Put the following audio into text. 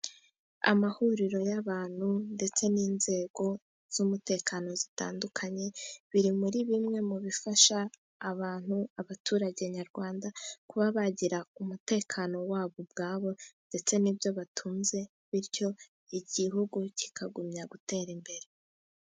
Amahuriro y'abantu ndetse n'inzego z'umutekano zitandukanye, biri muri bimwe mu bifasha abantu abaturage nyarwanda, kuba bagira umutekano wabo ubwabo, ndetse n'ibyo batunze bityo igihugu kikagumya gutera imbere.